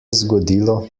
zgodilo